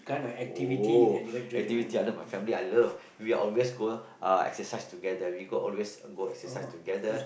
oh activity my family I love we always go uh exercise together we go always go exercise together